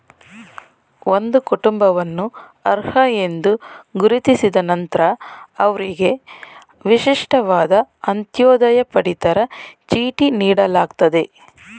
ಒಂದು ಕುಟುಂಬವನ್ನು ಅರ್ಹ ಎಂದು ಗುರುತಿಸಿದ ನಂತ್ರ ಅವ್ರಿಗೆ ವಿಶಿಷ್ಟವಾದ ಅಂತ್ಯೋದಯ ಪಡಿತರ ಚೀಟಿ ನೀಡಲಾಗ್ತದೆ